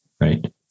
Right